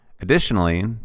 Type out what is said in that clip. Additionally